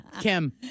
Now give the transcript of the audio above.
Kim